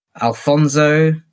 Alfonso